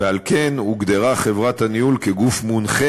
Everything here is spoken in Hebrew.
ועל כן הוגדרה חברת הניהול כגוף מונחה